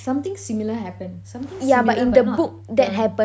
something similar happened something similar but not the